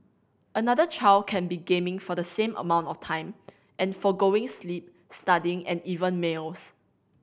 another child can be gaming for the same amount of time and forgoing sleep studying and even meals